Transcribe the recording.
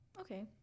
okay